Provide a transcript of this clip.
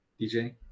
DJ